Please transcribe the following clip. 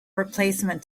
replacement